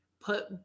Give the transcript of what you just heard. put